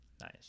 Nice